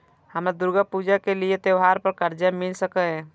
हमरा दुर्गा पूजा के लिए त्योहार पर कर्जा मिल सकय?